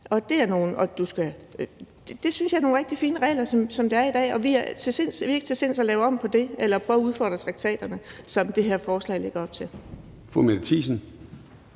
Det synes jeg er nogle rigtig fine regler, sådan som de er i dag. Og vi er ikke til sinds at lave om på det eller prøve at udfordre traktaterne, som det her forslag lægger op til.